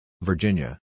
Virginia